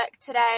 today